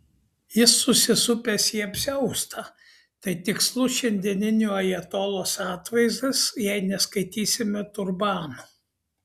jis susisupęs į apsiaustą tai tikslus šiandieninio ajatolos atvaizdas jei neskaitysime turbano